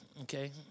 Okay